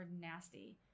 nasty